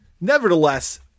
nevertheless